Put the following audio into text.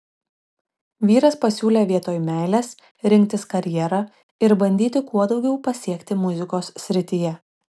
vyras pasiūlė vietoj meilės rinktis karjerą ir bandyti kuo daugiau pasiekti muzikos srityje